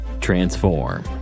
Transform